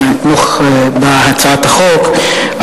אתמוך בהצעת החוק,